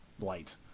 light